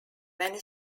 many